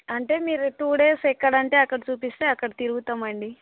అంటే మీరు two days ఎక్కడ అంటే అక్కడ చూపిస్తే అక్కడ తిరుగుతాము అండి